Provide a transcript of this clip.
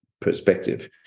perspective